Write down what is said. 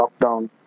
lockdown